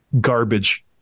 garbage